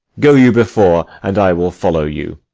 go you before, and i will follow you.